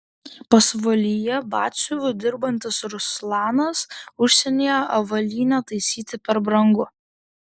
pasvalyje batsiuviu dirbantis ruslanas užsienyje avalynę taisyti per brangu